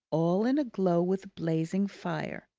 all in a glow with a blazing fire.